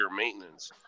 maintenance